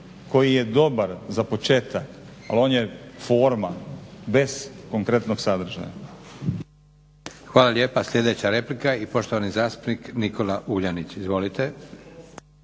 koji je dobar za početak ali on je forma bez konkretnog sadržaja.